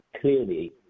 clearly